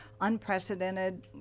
unprecedented